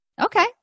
Okay